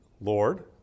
Lord